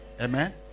Amen